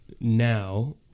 now